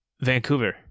Vancouver